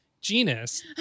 Genus